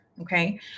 okay